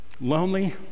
lonely